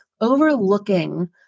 overlooking